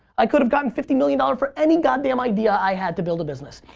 i could've gotten fifty million dollars for any god damn idea i had to build a business.